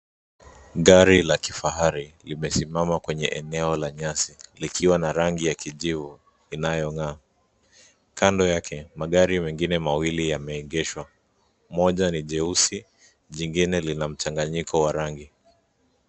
Gari la kifahari, limesimama kwenye eneo la nyasi likiwa na rangi ya kijivu inayong'aa. Kando yake, magari mengine mawili yameegeshwa; moja ni jeusi, lingine lina mchanganyiko wa rangi.